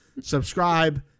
Subscribe